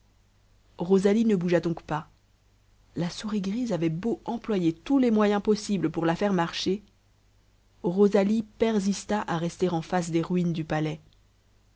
rosalie ne bougea donc pas la souris grise avait beau employer tous les moyens possibles pour la faire marcher rosalie persista à rester en face des ruines du palais